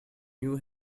new